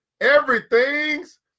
Everything's